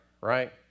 right